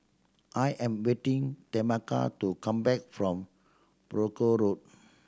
I am waiting Tameka to come back from Brooke Road